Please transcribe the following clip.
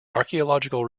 archaeological